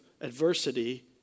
adversity